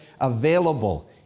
available